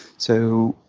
so,